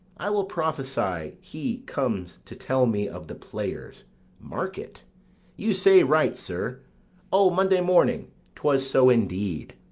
i will prophesy he comes to tell me of the players mark it you say right, sir o' monday morning twas so indeed.